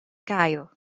gael